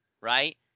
right